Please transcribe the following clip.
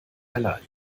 allein